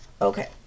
okay